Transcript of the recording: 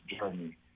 journey